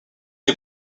est